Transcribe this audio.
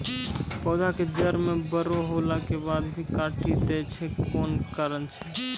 पौधा के जड़ म बड़ो होला के बाद भी काटी दै छै कोन कारण छै?